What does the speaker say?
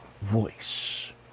voice